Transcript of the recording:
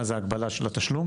לגבי המגבלה של התשלום